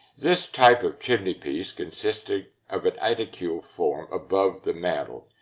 this type of chimneypiece, consisting of an aedicule form above the mantel,